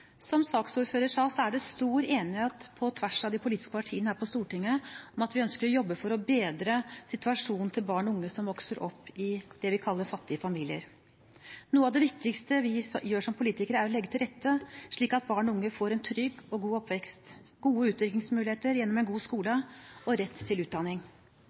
det stor enighet på tvers av de politiske partiene her på Stortinget om at vi ønsker å jobbe for å bedre situasjonen til barn og unge som vokser opp i det vi kaller fattige familier. Noe av det viktigste vi gjør som politikere, er å legge til rette slik at barn og unge får en trygg og god oppvekst, gode utviklingsmuligheter gjennom en god skole og rett til utdanning.